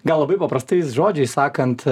gal labai paprastais žodžiais sakant